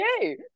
yay